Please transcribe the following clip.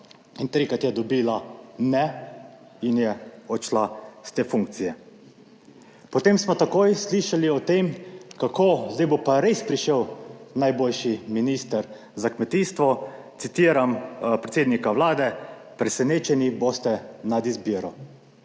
in trikrat je dobila, ne, in je odšla s te funkcije. Potem smo takoj slišali o tem kako, zdaj bo pa res prišel najboljši minister za kmetijstvo. Citiram predsednika Vlade, presenečeni boste nad izbiro.